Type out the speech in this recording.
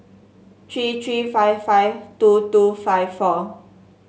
three three five five two two five four